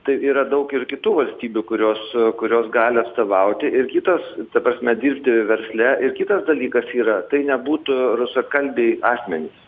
tai yra daug ir kitų valstybių kurios kurios gali atstovauti ir kitas ta prasme dirbti versle ir kitas dalykas yra tai nebūtų rusakalbiai asmenys